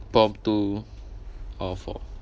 prompt two out of four